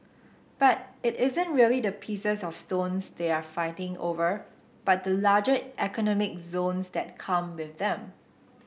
but it isn't really the pieces of stones they're fighting over but the larger economic zones that come with them